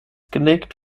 gelegt